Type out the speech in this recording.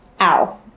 Ow